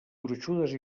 gruixudes